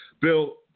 Bill